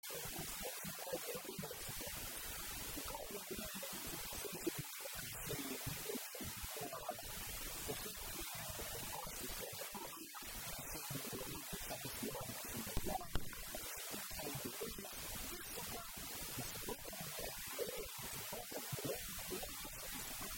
אל תוך סלון של הבית זה לא באמת סוכה. סוכה באמת, זה כזה שבונים מקרשים, מתנדנד ברוח, ספק עף ספק לא עף. גשם יורד אי אפשר לסגור על זה שום דבר, הקישוטים חיים בנס. זה סוכה. הסוכות האלה היציבות, הבנויות, לא שמי סוכה